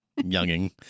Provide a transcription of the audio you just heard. Younging